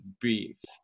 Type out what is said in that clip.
beef